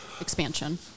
expansion